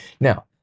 Now